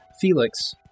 Felix